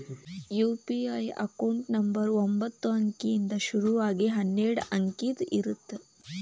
UPI account number ಒಂಬತ್ತ ಅಂಕಿಯಿಂದ್ ಶುರು ಆಗಿ ಹನ್ನೆರಡ ಅಂಕಿದ್ ಇರತ್ತ